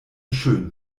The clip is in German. schön